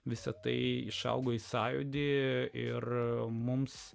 visa tai išaugo į sąjūdį ir mums